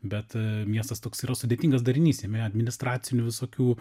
bet miestas toks yra sudėtingas darinys jame administracinių visokių